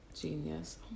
Genius